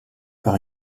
par